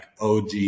OG